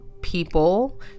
people